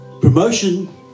Promotion